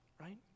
right